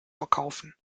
verkaufen